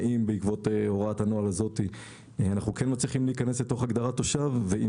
האם בעקבותיה אנו כן מצליחים להיכנס להגדרת תושב ואם